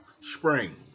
spring